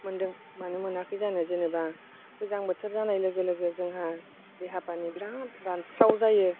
मोनदों मानो मोनाखै जानो जेनेबा गोजां बोथोर जानाय लोगो लोगो जोंहा देहा फानि बिराद रानस्राव जायो